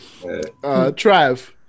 Trav